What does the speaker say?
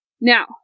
Now